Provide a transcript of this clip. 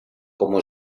como